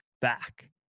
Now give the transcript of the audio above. back